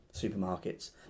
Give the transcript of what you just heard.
supermarkets